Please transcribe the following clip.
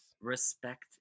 Respect